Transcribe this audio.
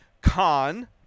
Khan